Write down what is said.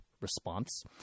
response